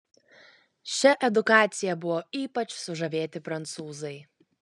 šia edukacija buvo ypač sužavėti prancūzai